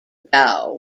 dow